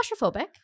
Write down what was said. claustrophobic